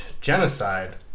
genocide